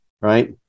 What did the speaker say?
Right